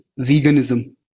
veganism